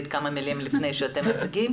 כמה מילים לפני שמשרד הבריאות מציג.